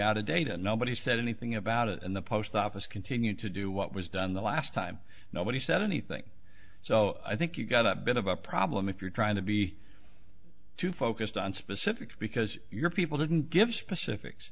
out of date and nobody said anything about it and the post office continued to do what was done the last time nobody said anything so i think you've got that bit of a problem if you're trying to be too focused on specifics because your people didn't give specifics